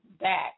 back